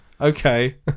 okay